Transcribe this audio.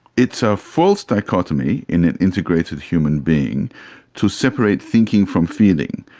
it's a false dichotomy in an integrated human being to separate thinking from feeling.